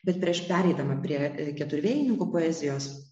bet prieš pereidama prie keturvėjininkų poezijos